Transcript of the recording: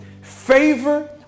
Favor